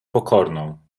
pokorną